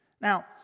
Now